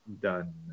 done